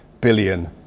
billion